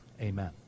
Amen